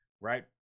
right